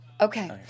Okay